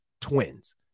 Twins